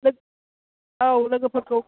लो औ लोगोफोरखौ